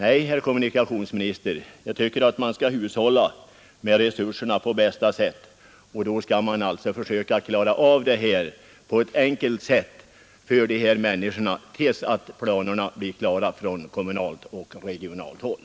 Nej, herr kommunikationsminister, jag tycker att man skall hushålla med resurserna på bästa sätt och försöka klara svårigheterna så enkelt som möjligt för berörda människor, till dess att planerna är klara på regionalt och kommunalt håll.